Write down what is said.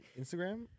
Instagram